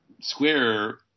square